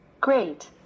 Great